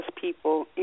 people